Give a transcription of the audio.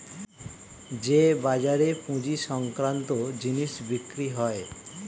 যে বাজারে পুঁজি সংক্রান্ত জিনিস বিক্রি হয়